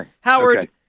Howard